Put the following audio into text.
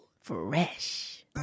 Fresh